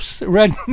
red